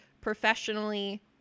professionally